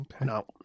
No